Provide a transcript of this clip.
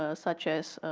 ah such as